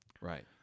Right